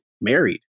married